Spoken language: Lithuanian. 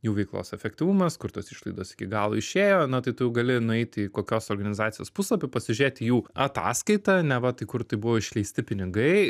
jų veiklos efektyvumas kur tos išlaidos iki galo išėjo na tai tu gali nueiti į kokios organizacijos puslapį pasižiūrėti jų ataskaitą neva tai kur tai buvo išleisti pinigai